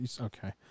okay